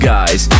Guys